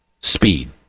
Speed